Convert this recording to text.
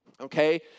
Okay